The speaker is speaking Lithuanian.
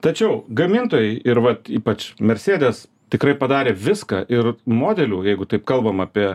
tačiau gamintojai ir vat ypač mercedes tikrai padarė viską ir modelių jeigu taip kalbam apie